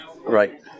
Right